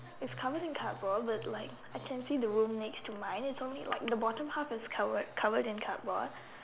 it's covered in cardboard but like I can see the room next to mine it's only like the bottom half is covered covered in cardboard